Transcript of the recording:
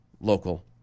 local